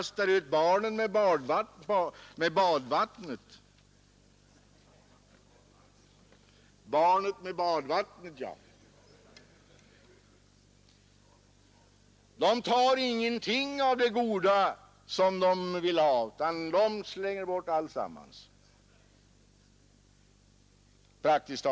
Salig Dumbom sade: ”Ju mer man lånar, dess mera sätter man sig i skuld.” Han kom underfund med att det inte lönade sig.